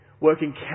working